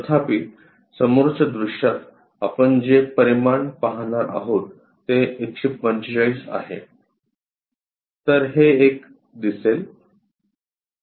तथापि समोरच्या दृश्यात आपण जे परिमाण पाहणार आहोत ते 145 आहे तर हे एक दिसेल